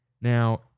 Now